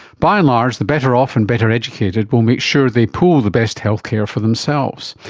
by and large, the better off and better educated will make sure they pull the best healthcare for themselves.